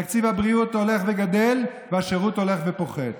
תקציב הבריאות הולך וגדל, והשירות הולך ופוחת.